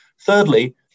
Thirdly